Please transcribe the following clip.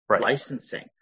licensing